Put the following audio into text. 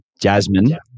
jasmine